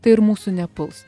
tai ir mūsų nepuls